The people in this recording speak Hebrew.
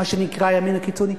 מה שנקרא "הימין הקיצוני",